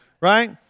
Right